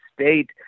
state